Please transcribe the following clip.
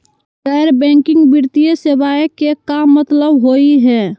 गैर बैंकिंग वित्तीय सेवाएं के का मतलब होई हे?